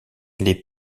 les